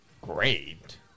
great